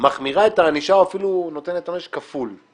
מחמירה את הענישה או אפילו נותנת עונש כפול.